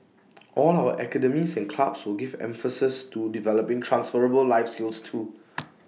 all our academies and clubs will give emphases to developing transferable life skills too